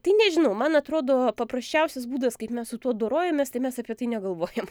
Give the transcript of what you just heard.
tai nežinau man atrodo paprasčiausias būdas kaip mes su tuo dorojamės tai mes apie tai negalvojam